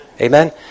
Amen